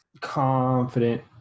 confident